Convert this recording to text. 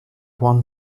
one